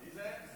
מי זה?